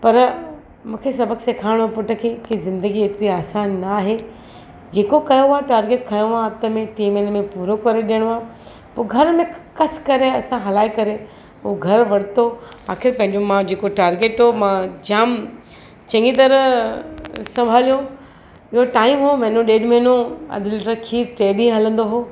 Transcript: पर मूंखे सबिक़ु सेखारणो हो पुटु खे की ज़िंदगी एतिरी आसानु न आहे जेको कयो आहे टार्गेट खंयो आहे हथ में टीं महिने में पुरो करे ॾियणो आहे पोइ घर में कस करे असां हलाए करे पोइ घरु वरितो आख़िर पंहिंजो मां टार्गेट हो मां जामु चङी तरह संभालियो ॿियो टाइम हो महीनो ॾेढि महीनो अधि लिटर खीरु टे ॾींहं हलंदो हो